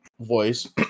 voice